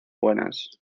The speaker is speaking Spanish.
buenas